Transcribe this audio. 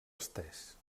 estès